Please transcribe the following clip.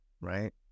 right